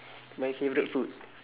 my favourite food